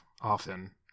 often